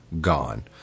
gone